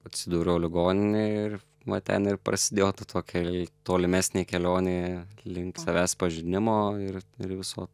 atsidūriau ligoninėj ir va ten ir prasidėjo ta tokia lei tolimesnė kelionėje link savęs pažinimo ir ir viso